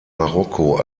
marokko